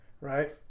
right